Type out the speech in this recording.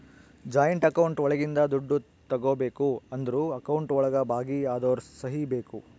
joint account ಒಳಗಿಂದ ದುಡ್ಡು ತಗೋಬೇಕು ಅಂದ್ರು ಅಕೌಂಟ್ ಒಳಗ ಭಾಗಿ ಅದೋರ್ ಸಹಿ ಬೇಕು